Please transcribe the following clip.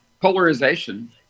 Polarization